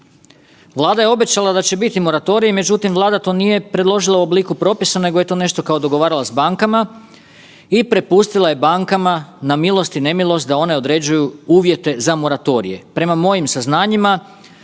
Vlada to nije predložila u obliku međutim Vlada to nije predložila u obliku propisa nego je to nešto kao dogovarala s bankama i prepustila je bankama na milost i nemilost da one određuju uvjete za moratorije. Prema mojim saznanjima